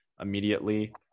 immediately